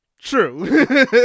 True